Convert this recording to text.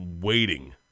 waiting